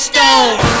Stone